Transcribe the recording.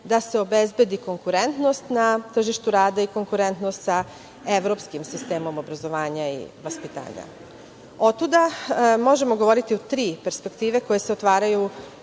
da se obezbedi konkurentnost na tržištu rada i konkurentnost sa evropskim sistemom obrazovanja i vaspitanja. Otuda, možemo govoriti o tri perspektive koje se stvaraju